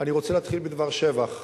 אני רוצה להתחיל בדבר שבח.